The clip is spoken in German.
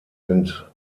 sind